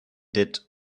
did